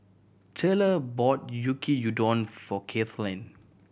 Tayla bought Yaki Udon for Kaitlynn